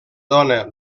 dona